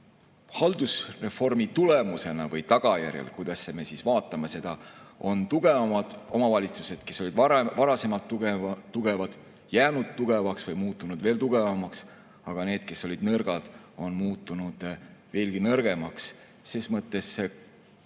välja. Haldusreformi tulemusena või tagajärjel – kuidas me seda vaatame – on tugevamad omavalitsused, kes olid varasemalt tugevad, jäänud tugevaks või muutunud veel tugevamaks. Aga need, kes olid nõrgad, on muutunud veelgi nõrgemaks. Selles mõttes on